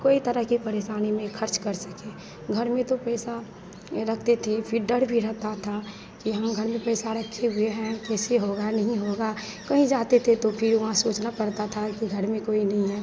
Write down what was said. कोई तरह की परेशानी में ख़र्च कर सकें घर में तो पैसा एं रखते थे फिर डर भी रहता था कि हम घर में पैसा रखे हुए हैं कैसे होगा नहीं होगा कहीं जाते थे तो फिर वहाँ सोचना पड़ता था कि घड़ में कोई नहीं है